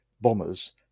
bombers